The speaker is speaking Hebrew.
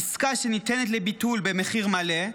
עסקה שניתנת לביטול במחיר מלא,